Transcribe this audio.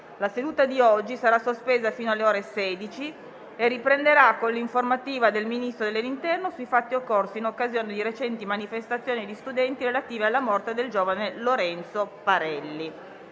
La seduta di oggi sarà sospesa fino alle ore 16 e riprenderà con l'informativa del Ministro dell'interno sui fatti occorsi in occasione di recenti manifestazioni di studenti relative alla morte del giovane Lorenzo Parelli.